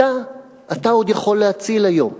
אותה אתה עוד יכול להציל היום כאן,